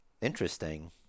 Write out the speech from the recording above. Interesting